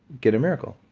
get a miracle.